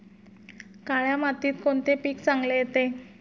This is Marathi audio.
काळ्या मातीत कोणते पीक चांगले येते?